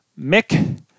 Mick